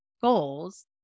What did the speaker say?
goals